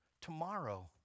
tomorrow